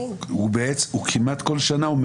כל 19 שנה,